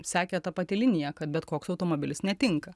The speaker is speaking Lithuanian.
sekė ta pati linija kad bet koks automobilis netinka